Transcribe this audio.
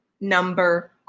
number